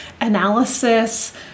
analysis